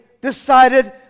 decided